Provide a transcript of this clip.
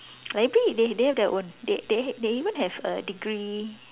library they they have their own they they they even have a degree